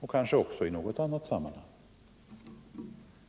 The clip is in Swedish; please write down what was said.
och kanske också i något annat sammanhang.